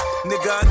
Nigga